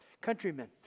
countrymen